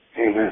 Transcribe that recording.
Amen